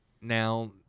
Now